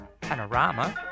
panorama